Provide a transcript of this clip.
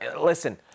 Listen